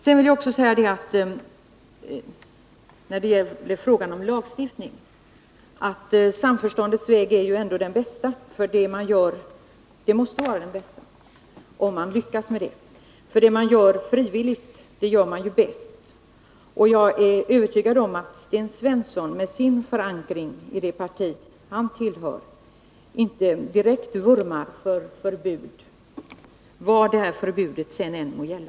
duktionsutbild När det gäller frågan om lagstiftning vill jag säga att samförståndets väg är den bästa. Den måste vara den bästa, för det man gör frivilligt, det gör man ju bäst. Och jag är övertygad om att Sten Svensson med sin förankringi det parti han tillhör inte direkt vurmar för förbud — vad förbudet än må gälla.